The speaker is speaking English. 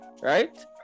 right